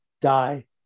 die